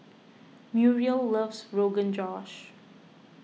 Muriel loves Rogan Josh